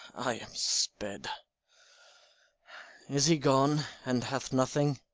i am sped is he gone, and hath nothing?